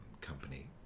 company